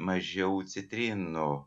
mažiau citrinų